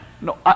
no